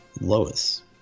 Lois